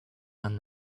and